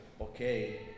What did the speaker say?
okay